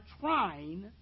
trying